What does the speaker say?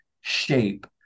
shape